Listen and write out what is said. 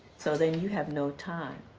so then you have no time.